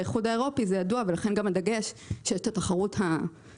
באיחוד האירופי זה ידוע ולכן גם הדגש שיש את התחרות מבחוץ.